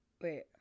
Wait